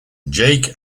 jake